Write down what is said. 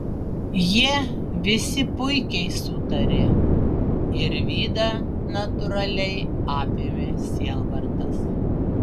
jie visi puikiai sutarė ir vidą natūraliai apėmė sielvartas